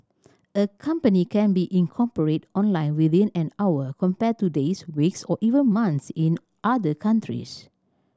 a company can be incorporated online within an hour compared to days weeks or even months in other countries